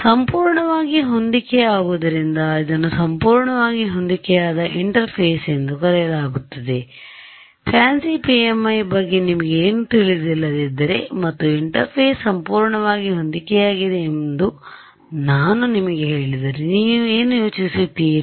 ಆದ್ದರಿಂದಸಂಪೂರ್ಣವಾಗಿ ಹೊಂದಿಕೆಯಾಗುವುದರಿಂದ ಇದನ್ನು ಸಂಪೂರ್ಣವಾಗಿ ಹೊಂದಿಕೆಯಾದ ಇಂಟರ್ಫೇಸ್ ಎಂದು ಕರೆಯಲಾಗುತ್ತದೆ ಫ್ಯಾನ್ಸಿ PMI ಬಗ್ಗೆ ನಿಮಗೆ ಏನೂ ತಿಳಿದಿಲ್ಲದಿದ್ದರೆ ಮತ್ತು ಇಂಟರ್ಫೇಸ್ ಸಂಪೂರ್ಣವಾಗಿ ಹೊಂದಿಕೆಯಾಗಿದೆ ಎಂದು ನಾನು ನಿಮಗೆ ಹೇಳಿದರೆ ನೀವು ಏನು ಯೋಚಿಸುತ್ತೀರಿ